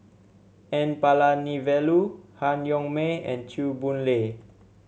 N Palanivelu Han Yong May and Chew Boon Lay